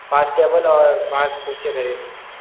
पाँच टेबल और पाँच कुर्सियाँ खरीदनी है